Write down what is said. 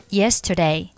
yesterday